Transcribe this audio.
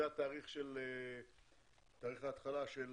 זה תאריך ההתחלה של